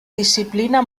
disciplina